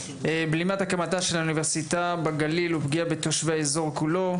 בלימת הקמתה של האוניברסיטה בגליל ופגיעה בתושבי האזור כולו,